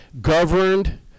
governed